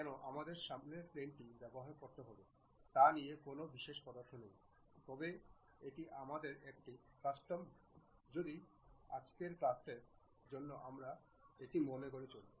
কেন আমাদের সামনের প্লেনটি ব্যবহার করতে হবে তা নিয়ে কোনও বিশেষ পছন্দ নেই তবে এটি আমাদের একটি প্রথা যেটি আজকের ক্লাসের জন্য আমরা মেনে চলবো